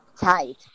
tight